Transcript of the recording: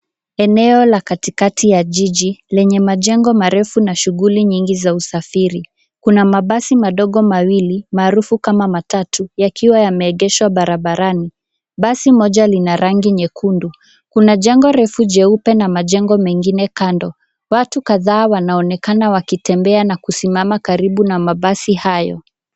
Eneo la katikati la jiji, lenye majengo marefu na shughuli nyingi za usafiri. Kuna mabasi madogo mawili, maarufu kama matatu, yakiwa yameegeshwa barabarani. Basi moja lina rangi nyekundu. Kuna jengo refu jeupe na majengo mengine kando. Watu kadhaa wanaonekana kutembea na kusimama karibu na mabasi hayo.